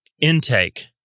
intake